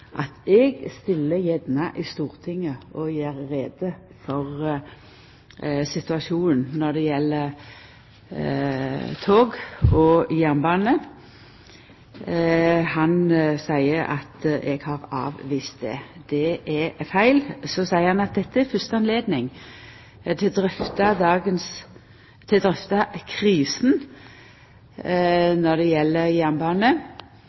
at eg stiller gjerne i Stortinget for å gjera greie for situasjonen når det gjeld tog og jernbane. Sortevik seier at eg har avvist det. Det er feil. Så seier han at dette er det fyrste høvet til å